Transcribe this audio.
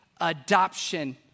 adoption